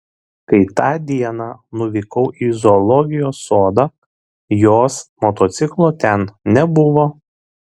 kai tą dieną nuvykau į zoologijos sodą jos motociklo ten nebuvo